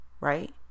right